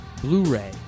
Blu-ray